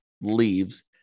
leaves